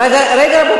רגע,